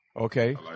Okay